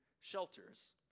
shelters